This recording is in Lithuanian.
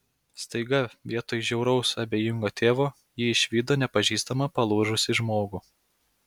staiga vietoj žiauraus abejingo tėvo ji išvydo nepažįstamą palūžusį žmogų